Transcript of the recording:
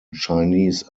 chinese